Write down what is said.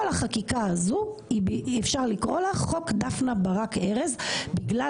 כל החקיקה הזו אפשר לקרוא לה חוק דפנה ברק ארז בגלל